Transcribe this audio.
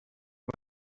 you